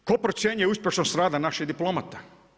Tko procjenjuje uspješnost rada naših diplomata?